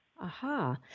Aha